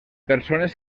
persones